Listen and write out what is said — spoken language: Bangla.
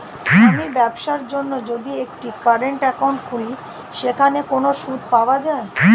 আমি ব্যবসার জন্য যদি একটি কারেন্ট একাউন্ট খুলি সেখানে কোনো সুদ পাওয়া যায়?